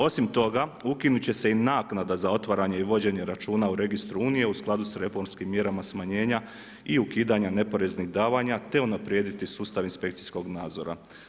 Osim toga, ukinut će se i naknada za otvaranje i vođenje računa u registru Unije u skladu sa reformskim mjerama smanjenja i ukidanja neporeznih davanja, te unaprijediti sustav inspekcijskog nadzora.